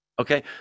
Okay